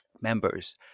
members